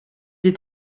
est